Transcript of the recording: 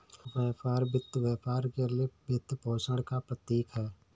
व्यापार वित्त व्यापार के लिए वित्तपोषण का प्रतीक है